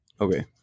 Okay